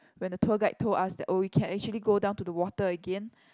when the tour guide told us that oh we can actually go down to the water again